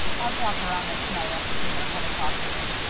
i'll drop around there to-night after dinner and have a talk with him.